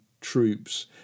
troops